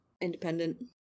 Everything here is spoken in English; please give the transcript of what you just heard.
independent